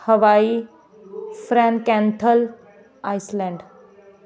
ਹਵਾਈ Frankenthal Iceland